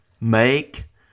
Make